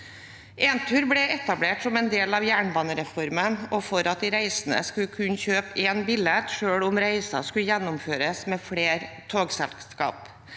Entur ble etablert som en del av jernbanereformen for at de reisende skulle kunne kjøpe én billett selv om reisen skulle gjennomføres med flere togselskap.